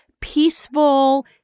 Peaceful